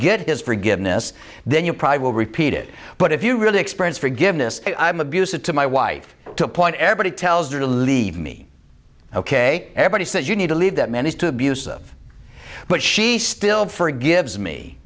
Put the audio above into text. get his forgiveness then you probably will repeat it but if you really experience forgiveness i'm abusive to my wife to point everybody tells her to leave me ok everybody says you need to leave that man is to abusive but she still forgives me